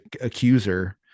accuser